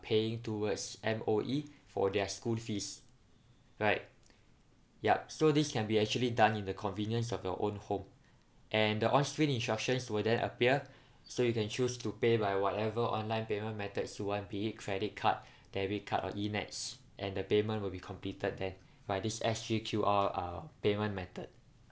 paying towards M_O_E for their school fees right yup so this can be actually done in the convenience of your own home and the on screen instructions will then appear so you can choose to pay by whatever online payment methods you want be it credit card debt card or e nets and the payment will be completed then by this S_G Q_R uh payment method